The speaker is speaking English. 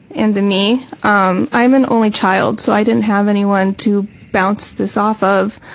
and to me, um i'm an only child so i didn't have anyone to bounce this off of.